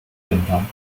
dünndarm